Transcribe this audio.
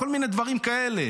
כל מיני דברים כאלה.